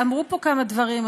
אמרו פה כמה דברים,